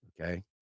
Okay